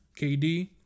KD